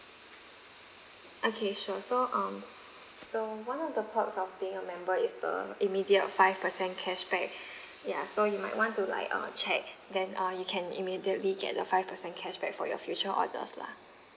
okay sure so um so one of the perks of being a member is the immediate five percent cash back ya so you might want to like uh check then uh you can immediately get the five percent cash back for your future orders lah